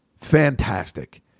fantastic